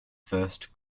first